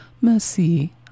Merci